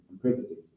privacy